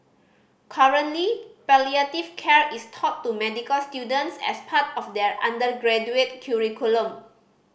currently palliative care is taught to medical students as part of their undergraduate curriculum